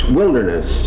wilderness